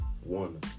one